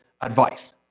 advice